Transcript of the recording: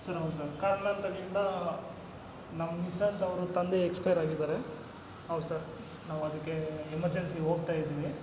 sir ಹೌದು sir ಕಾರಣಾಂತರಗಳಿಂದ ನಮ್ಮ ಮಿಸ್ಸಸ್ ಅವ್ರ ತಂದೆ ಎಕ್ಸ್ಪೈರಾಗಿದಾರೆ ಹೌದ್ ಸರ್ ನಾವದಕ್ಕೇ ಎಮರ್ಜೆನ್ಸಿಗೆ ಹೋಗ್ತಾಯಿದಿವಿ